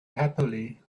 happily